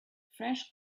fresh